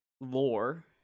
lore